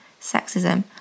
sexism